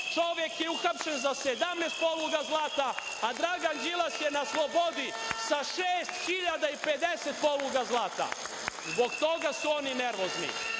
Čovek je uhapšen za 17 poluga zlata, a Dragan Đilas je na slobodi sa 6.050 poluga zlata. Zbog toga su oni nervozni,